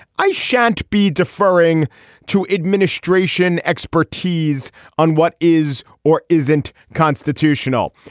i shan't be deferring to administration expertise on what is or isn't constitutional.